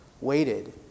waited